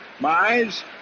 Mize